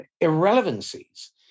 irrelevancies